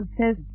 says